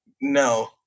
no